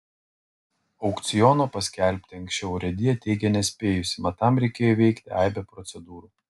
aukciono paskelbti anksčiau urėdija teigia nespėjusi mat tam reikėjo įveikti aibę procedūrų